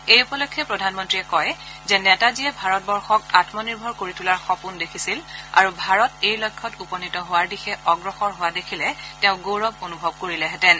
এই উপলক্ষে প্ৰধানমন্ৰীয়ে কয় যে নেতাজীয়ে ভাৰতবৰ্ষক আমনিৰ্ভৰ কৰি তোলাৰ সপোন দেখিছিল আৰু ভাৰত এই লক্ষ্যত উপনীত হোৱাৰ দিশে অগ্ৰসৰ হোৱা দেখিলে তেওঁ গৌৰৱ অনুভৱ কৰিলেহেঁতেন